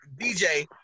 DJ